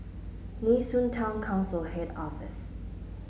Nee Soon Town Council Head Office